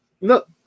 look